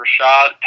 Rashad